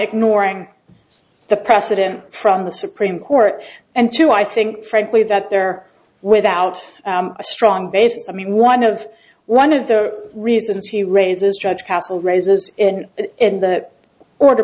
ignoring the precedent from the supreme court and two i think frankly that they're without a strong basis i mean one of one of the reasons he raises judge castle raises in in the order